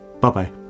Bye-bye